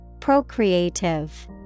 Procreative